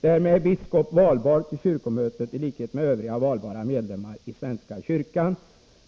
Däremot är biskop valbar till kyrkomötet i likhet med övriga valbara medlemmar i svenska kyrkan.